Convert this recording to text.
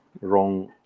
wrong